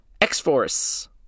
X-Force